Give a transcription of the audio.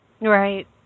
Right